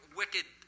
wicked